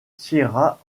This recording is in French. sierra